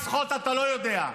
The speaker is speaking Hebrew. לשחות אתה לא יודע.